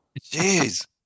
Jeez